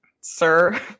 sir